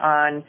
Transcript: on